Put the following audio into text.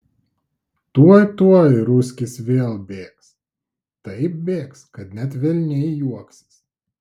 tuoj tuoj ruskis vėl bėgs taip bėgs kad net velniai juoksis